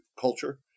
culture